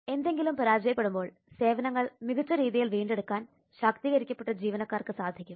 എന്തെങ്കിലും പരാജയപ്പെടുമ്പോൾ സേവനങ്ങൾ മികച്ച രീതിയിൽ വീണ്ടെടുക്കാൻ ശാക്തീകരിക്കപ്പെട്ട ജീവനക്കാർക്ക് സാധിക്കും